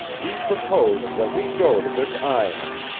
he proposed that we go to this island,